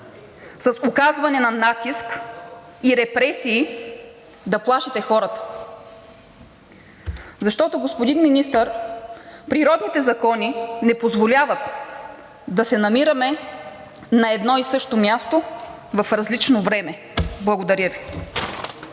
с оказване на натиск и репресии да плашите хората, защото, господин Министър, природните закони не позволяват да се намираме на едно и също място в различно време. Благодаря Ви.